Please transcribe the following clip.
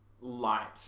light